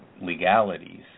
legalities